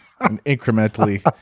Incrementally